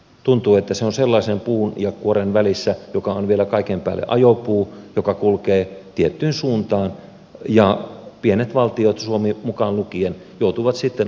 tuntuu että saa sellaisen puun ja kuoren välissä joka on vielä kaiken päälle ajopuu joka kulkee tiettyyn suuntaan ja pienet valtiot suomi mukaan lukien joutuvat sitten